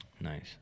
Nice